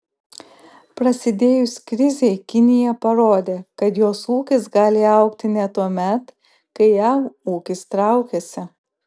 prasidėjus krizei kinija parodė kad jos ūkis gali augti net tuomet kai jav ūkis traukiasi